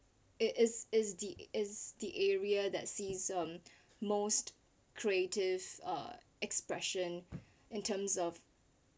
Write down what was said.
it is is the is the area that sees most creative or expression in terms of